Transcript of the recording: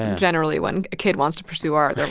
generally, when a kid wants to pursue art,